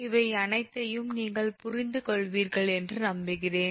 இவை அனைத்தையும் நீங்கள் புரிந்துகொள்வீர்கள் என்று நம்புகிறேன்